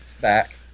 back